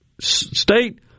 state